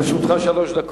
לרשותך שלוש דקות.